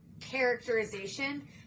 characterization